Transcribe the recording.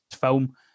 film